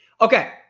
Okay